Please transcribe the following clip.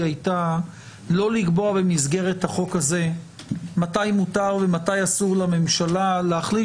לא לקבוע במסגרת החוק הזה מתי מותר ומתי אסור לממשלה להחליט